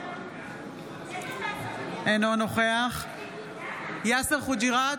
אינו נוכח יאסר חוג'יראת,